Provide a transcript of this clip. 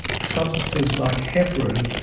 substances like heparin,